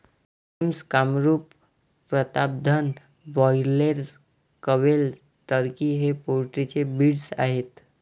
Jharsim, Kamrup, Pratapdhan, broiler, quail, turkey हे poultry चे breed आहेत